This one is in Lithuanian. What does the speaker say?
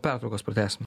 pertraukos pratęsim